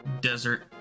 desert